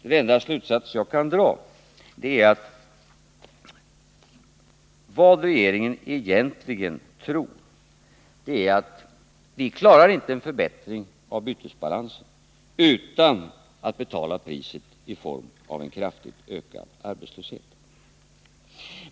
Den enda slutsåts jag kan dra är att regeringen egentligen tror att vi inte klarar en förbättring av bytesbalansen utan att betala priset i form av en kraftigt ökad arbetslöshet.